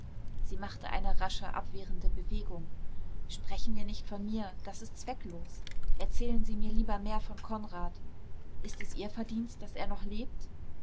sie machte eine rasche abwehrende bewegung sprechen wir nicht von mir das ist zwecklos erzählen sie mir lieber mehr von konrad ist es ihr verdienst daß er noch lebt